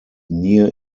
near